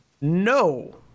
No